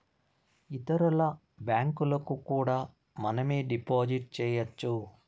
ఇతరుల బ్యాంకులకు కూడా మనమే డిపాజిట్ చేయొచ్చు